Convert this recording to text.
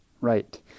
Right